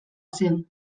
zen